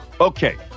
Okay